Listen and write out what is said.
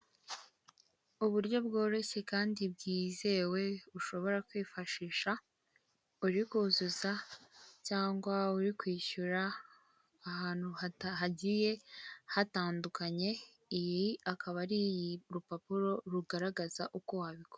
Uburyo bworoshye kandi bwizewe, ushobora kwifashisha uri kuzuza cyangwa uri kwishyura ahantu hagiye hatandukanye, iyi akaba ari urupapuro rugaragaza uko wabikora.